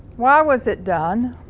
why was it done?